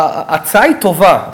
ההצעה טובה,